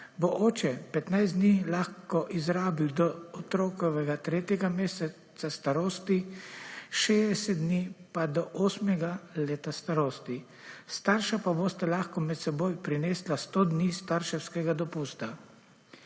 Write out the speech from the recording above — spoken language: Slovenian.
bo oče 15 dni lahko izrabil do otrokovega 3. meseca starosti, 60 dni pa do 8 leta starosti. Starša pa boste lahko med seboj prenesla 100 dni starševskega 24.